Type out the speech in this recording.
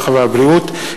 הרווחה והבריאות.